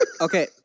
Okay